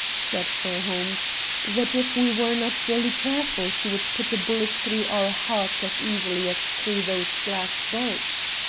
said fairholme that if we were not jolly careful she would put a bullet through our hearts as easily as through those glass bulbs.